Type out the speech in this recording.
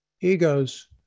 Egos